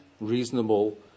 reasonable